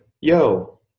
Yo